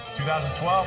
2012